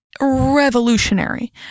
revolutionary